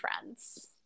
friends